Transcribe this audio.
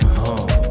home